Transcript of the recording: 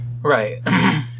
Right